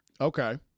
Okay